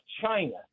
China